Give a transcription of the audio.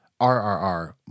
RRR